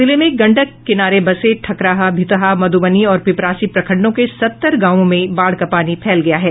जिले में गंडक किनारे बसे ठकराहा भितहा मधूबनी और पिपरासी प्रखंडों के सत्तर गांवों में बाढ़ का पानी फैल गया है